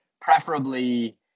preferably